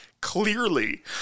clearly